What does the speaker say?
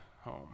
home